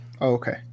okay